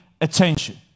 attention